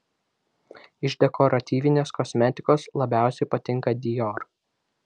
iš dekoratyvinės kosmetikos labiausiai patinka dior